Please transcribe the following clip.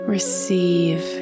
Receive